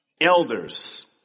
elders